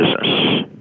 business